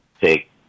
take